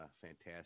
Fantastic